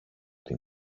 την